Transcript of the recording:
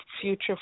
future